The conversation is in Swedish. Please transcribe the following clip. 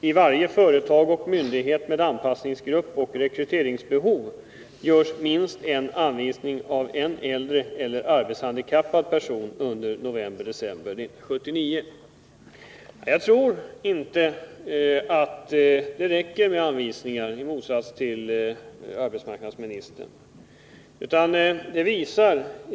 I varje företag och myndighet med anpassningsgrupp och rekryteringsbehov görs minst en anvisning av en äldre eller arbetshandikappad person under november/ december 1979.” Jag tror i motsats till arbetsmarknadsministern inte att det räcker med anvisningar.